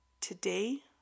today